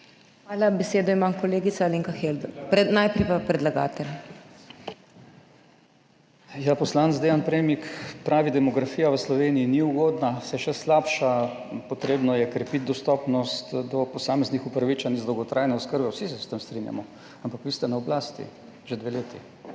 Hvala. Besedo ima kolegica Alenka Helbl, najprej pa predlagatelj. ZVONKO ČERNAČ (PS SDS): Ja, poslanec Dean Premik pravi, demografija v Sloveniji ni ugodna, se še slabša, potrebno je krepiti dostopnost do posameznih upravičencev dolgotrajne oskrbe. Vsi se s tem strinjamo, ampak vi ste na oblasti že dve leti